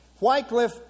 Wycliffe